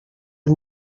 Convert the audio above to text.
who